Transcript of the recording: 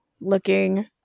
looking